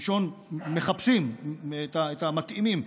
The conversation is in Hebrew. מלשון מחפשים את המתאימים,